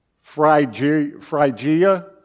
Phrygia